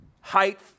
height